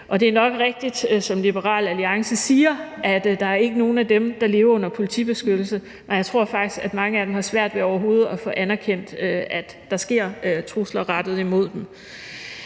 og det er nok rigtigt, som Liberal Alliance siger, at der ikke er nogen af dem, der lever under politibeskyttelse, og jeg tror faktisk, at mange af dem har svært ved overhovedet at få det anerkendt som trusler, når det